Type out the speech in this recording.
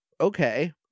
Okay